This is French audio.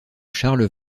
charles